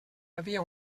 havia